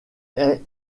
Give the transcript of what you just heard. est